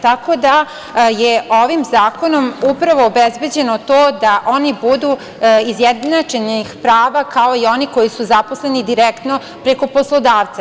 Tako da je ovim zakonom upravo obezbeđeno to da oni budu izjednačenih prava, kao i oni koji su zaposleni direktno preko poslodavca.